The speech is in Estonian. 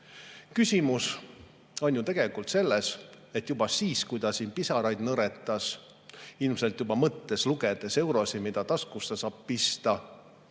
Küsimus on tegelikult selles, et juba siis, kui ta siin pisaraid nõretas, ilmselt juba mõttes lugedes eurosid, mida taskusse saab pista,